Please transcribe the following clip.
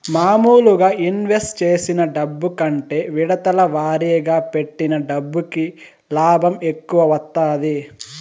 మాములుగా ఇన్వెస్ట్ చేసిన డబ్బు కంటే విడతల వారీగా పెట్టిన డబ్బుకి లాభం ఎక్కువ వత్తాది